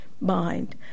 mind